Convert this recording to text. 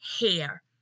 hair